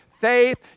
faith